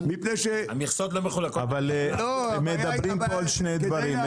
הם מדברים פה על שני דברים.